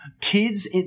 kids